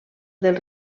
dels